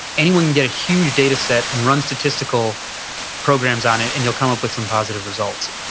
anyone can get a huge data set and run statistical programs on it and you'll come up with some positive results.